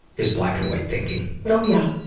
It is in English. is black and white thinking. oh yeah.